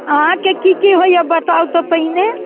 अहाँ कऽ की की होइया बताउ तऽ पहिने